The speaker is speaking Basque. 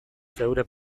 zeure